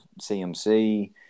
CMC